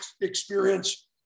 experience